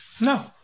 No